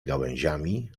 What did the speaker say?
gałęziami